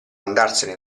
andarsene